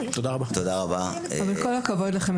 כל הכבוד לכם.